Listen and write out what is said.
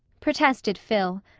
protested phil.